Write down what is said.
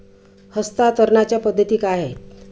हस्तांतरणाच्या पद्धती काय आहेत?